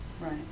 Right